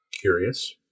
Curious